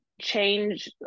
change